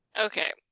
Okay